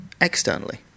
externally